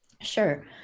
Sure